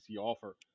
offer